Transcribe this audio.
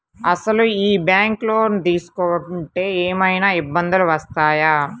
అసలు ఈ బ్యాంక్లో లోన్ తీసుకుంటే ఏమయినా ఇబ్బందులు వస్తాయా?